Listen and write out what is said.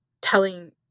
telling